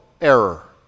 error